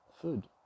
food